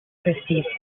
perceived